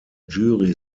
jury